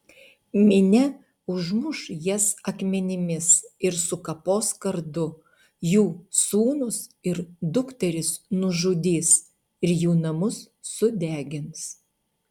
minia užmuš jas akmenimis ir sukapos kardu jų sūnus ir dukteris nužudys ir jų namus sudegins